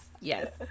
Yes